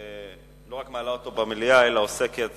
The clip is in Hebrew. היא לא רק מעלה אותו במליאה אלא עוסקת